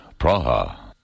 Praha